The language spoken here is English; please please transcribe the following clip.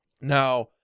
Now